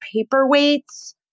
paperweights